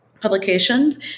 publications